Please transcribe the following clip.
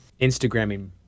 Instagramming